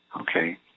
Okay